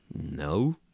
No